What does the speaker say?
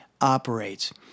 operates